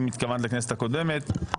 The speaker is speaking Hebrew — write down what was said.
אם התכוונת לכנסת הקודמת,